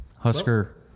Husker